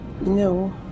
No